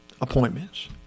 appointments